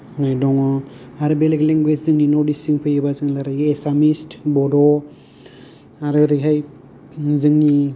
नो दङ आरो बेलेग लेंगुवेज जोंनि नर्थ इस्त थिं फैयोब्ला जों रायज्लायो एसामिस बड' आरो ओरैहाय जोंनि